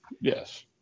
Yes